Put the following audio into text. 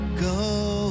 go